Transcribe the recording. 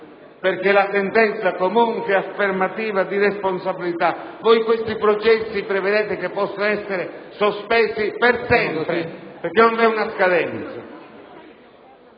perché la sentenza comunque è affermativa di responsabilità; voi questi processi prevedete che possano essere sospesi per sempre, perché non vi è una scadenza.